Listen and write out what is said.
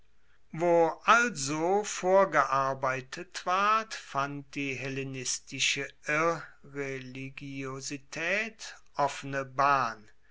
wo also vorgearbeitet war fand die hellenistische irreligiositaet offene bahn